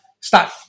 start